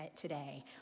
today